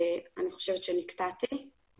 בטריטוריה בה